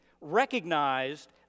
recognized